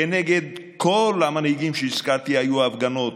כנגד כל המנהיגים שהזכרתי היו הפגנות,